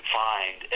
find